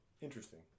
interesting